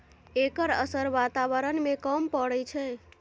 एकर असर बाताबरण में कम परय छै